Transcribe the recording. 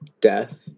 death